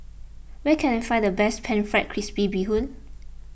where can I find the best Pan Fried Crispy Bee Hoon